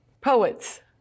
Poets